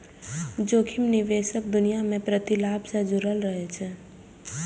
जोखिम निवेशक दुनिया मे प्रतिलाभ सं जुड़ल रहै छै